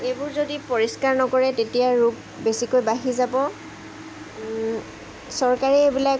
এইবোৰ যদি পৰিষ্কাৰ নকৰে তেতিয়া ৰোগ বেছিকৈ বাঢ়ি যাব চৰকাৰে এইবিলাক